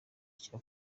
cya